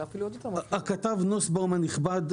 הכתב נוסבאום הנכבד,